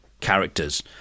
characters